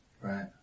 Right